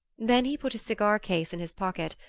then he put his cigar-case in his pocket,